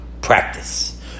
practice